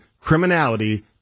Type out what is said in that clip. criminality